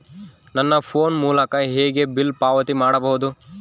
ನನ್ನ ಫೋನ್ ಮೂಲಕ ಹೇಗೆ ಬಿಲ್ ಪಾವತಿ ಮಾಡಬಹುದು?